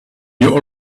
you